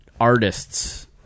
artists